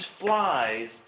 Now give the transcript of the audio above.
flies